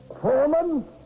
Foreman